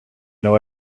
know